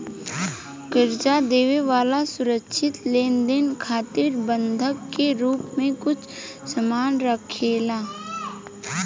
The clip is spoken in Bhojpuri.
कर्जा देवे वाला सुरक्षित लेनदेन खातिर बंधक के रूप में कुछ सामान राखेला